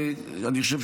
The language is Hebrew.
אני חושב,